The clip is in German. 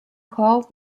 corps